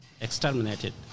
Exterminated